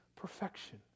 perfection